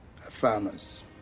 farmers